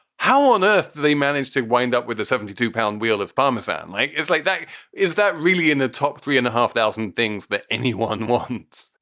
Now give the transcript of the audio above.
how on earth they manage to wind up with a seventy two pound wheel of parmesan like it's like. is that really in the top three and a half thousand things that anyone wants?